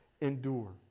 endure